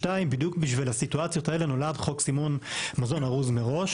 בדיוק בשביל הסיטואציות האלה נולד חוק סימון מזון ארוז מראש.